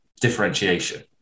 differentiation